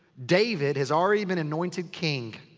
david has already been anointed king.